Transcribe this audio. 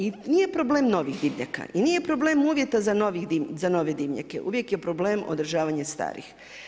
I nije problem novih dimnjaka i nije problem uvjeta za nove dimnjake, uvijek je problem odražavanje starih.